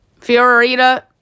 Fiorita